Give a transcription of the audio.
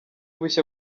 bushya